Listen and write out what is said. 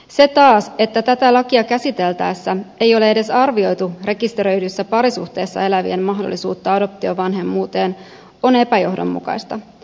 se taas että tätä lakia käsiteltäessä ei ole edes arvioitu rekisteröidyssä parisuhteessa elävien mahdollisuutta adoptiovanhemmuuteen on epäjohdonmukaista